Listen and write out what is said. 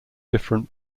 different